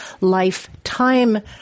lifetime